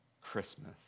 Christmas